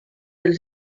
del